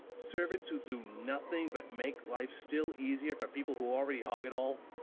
servants who do nothing but make life still easier for people who already hog it all!